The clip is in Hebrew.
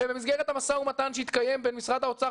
ובמסגרת המשא ומתן שהתקיים בין משרד האוצר,